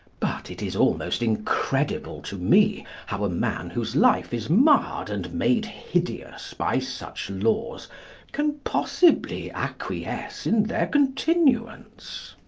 but it is almost incredible to me how a man whose life is marred and made hideous by such laws can possibly acquiesce in their continuance.